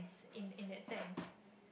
in in that sense